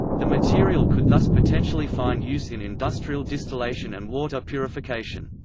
the material could thus potentially find use in industrial distillation and water purification.